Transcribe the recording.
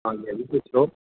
हां जी हां जी दस्सो